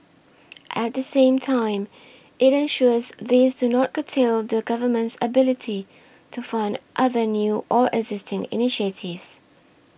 at the same time it ensures these do not curtail the Government's ability to fund other new or existing initiatives